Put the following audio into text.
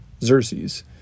Xerxes